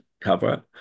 cover